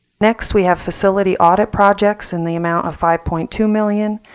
next we have facility audit projects in the amount of five point two million.